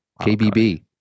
KBB